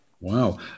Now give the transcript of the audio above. Wow